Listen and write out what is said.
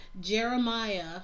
Jeremiah